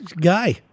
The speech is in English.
guy